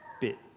bit